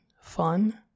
fun